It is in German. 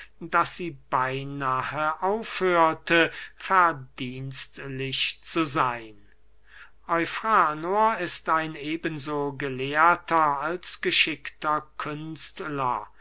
daß sie beynahe aufhörte verdienstlich zu seyn eufranor ist ein eben so gelehrter als geschickter künstler